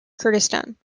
kurdistan